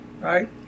right